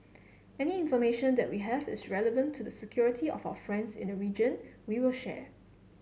any information that we have is relevant to the security of our friends in the region we will share